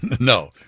No